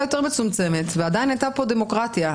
יותר מצומצמת ועדיין הייתה פה דמוקרטיה,